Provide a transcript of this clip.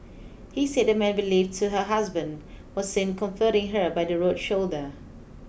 he said a man believed to her husband was seen comforting her by the road shoulder